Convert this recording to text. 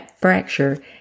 fracture